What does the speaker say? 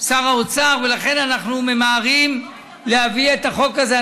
שר האוצר, ולכן אנחנו ממהרים להביא את החוק הזה.